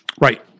Right